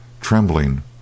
trembling